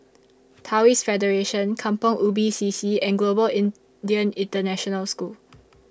Taoist Federation Kampong Ubi C C and Global Indian International School